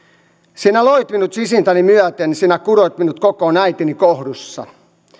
sinä loit minut sisintäni myöten sinä kuroit minut kokoon äitini kohdussa